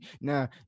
Now